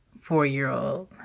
four-year-old